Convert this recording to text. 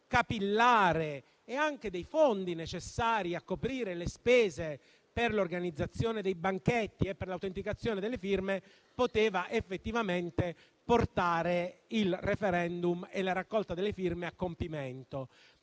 capillare e anche dei fondi necessari a coprire le spese per l'organizzazione dei banchetti e l'autenticazione delle firme poteva effettivamente portare il *referendum* e la raccolta delle firme a compimento.